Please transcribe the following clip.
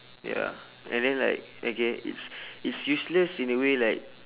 ya and then like again it's it's useless in a way like